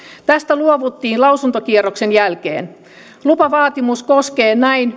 tästä luovuttiin lausuntokierroksen jälkeen lupavaatimus koskee näin